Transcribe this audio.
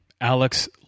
Alex